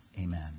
Amen